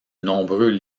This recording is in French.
nombreux